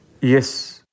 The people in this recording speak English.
Yes